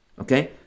okay